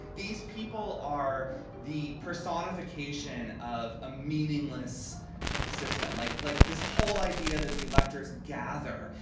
these people are the personification of a meaningless system like like this whole idea that the electors gather.